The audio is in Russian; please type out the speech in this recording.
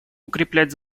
укреплять